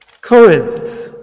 Corinth